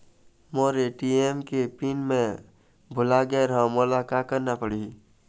मोर ATM के pin मैं भुला गैर ह, मोला का करना पढ़ही?